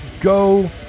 go